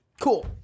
Cool